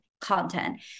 content